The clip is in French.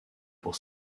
pour